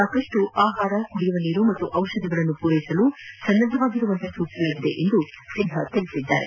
ಸಾಕಷ್ಟು ಆಹಾರ ಕುಡಿಯುವ ನೀರು ಹಾಗೂ ಔಷಧಗಳನ್ನು ಪೂರೈಸಲು ಸನ್ನದ್ದವಾಗಿರುವಂತೆ ಸೂಚಿಸಲಾಗಿದೆ ಎಂದು ಸಿನ್ಣಾ ತಿಳಿಸಿದ್ದಾರೆ